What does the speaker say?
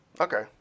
Okay